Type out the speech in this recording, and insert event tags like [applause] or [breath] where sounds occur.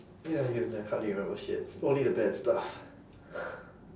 ya you've ne~ hardly remember shits only the bad stuff [breath]